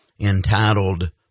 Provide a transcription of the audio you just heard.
entitled